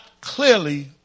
clearly